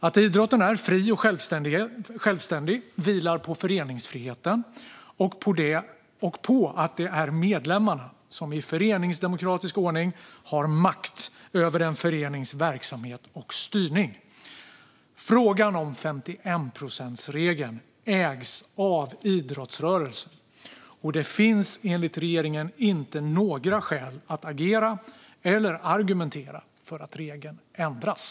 Att idrotten är fri och självständig vilar på föreningsfriheten och på att det är medlemmarna som i föreningsdemokratisk ordning har makt över en förenings verksamhet och styrning. Frågan om 51-procentsregeln ägs av idrottsrörelsen, och det finns enligt regeringen inte några skäl att agera eller argumentera för att regeln ändras.